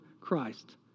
Christ